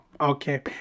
okay